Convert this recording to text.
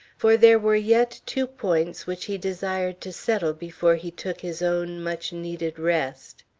for there were yet two points which he desired to settle before he took his own much-needed rest.